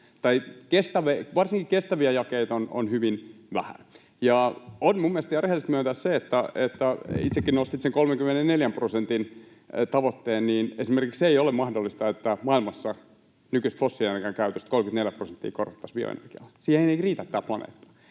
varsinkin kestäviä jakeita on hyvin vähän. On mielestäni ihan rehellistä myöntää, että kun itsekin nostit sen 34 prosentin tavoitteen, niin esimerkiksi se ei ole mahdollista, että maailmassa nykyisestä fossiilienergian käytöstä 34 prosenttia korvattaisiin bioenergialla. Siihen ei riitä tämä planeetta.